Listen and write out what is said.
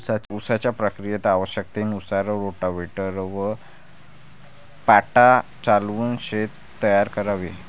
उसाच्या प्रक्रियेत आवश्यकतेनुसार रोटाव्हेटर व पाटा चालवून शेत तयार करावे